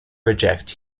reject